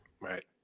Right